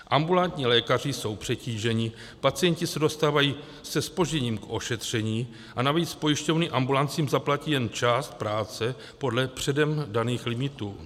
Ambulantní lékaři jsou přetíženi, pacienti se dostávají se zpožděním k ošetření a navíc pojišťovny ambulancím zaplatí jenom část práce podle předem daných limitů.